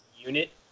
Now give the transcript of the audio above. unit